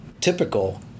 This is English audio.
typical